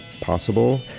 possible